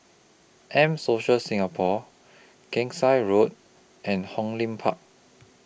M Social Singapore Gangsa Road and Hong Lim Park